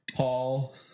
Paul